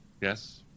Yes